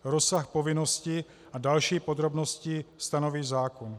Rozsah povinností a další podrobnosti stanoví zákon.